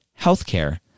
healthcare